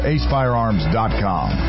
AceFirearms.com